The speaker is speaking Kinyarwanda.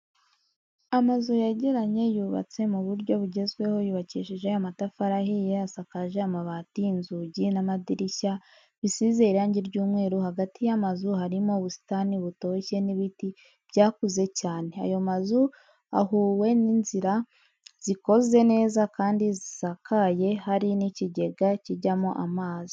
Amazu yegeranye yubatse mu buryo bugezweho yubakishije amtafari ahiye asakaje amabati inzugi n'amadirishya bisize irangi ry'umweru hagati y'amazu harimo ubusitani butoshye n'ibiti byakuze cyane, ayo mazu ahuwe n'inzira zikoze neza kandi zisakaye, hari n'ikigega kijyamo amazi.